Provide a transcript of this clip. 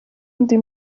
ndi